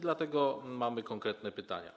Dlatego mamy konkretne pytania.